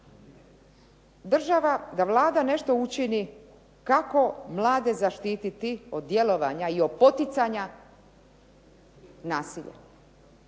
država, da Vlada nešto učini kako mlade zaštititi od djelovanja i od poticanja nasilja.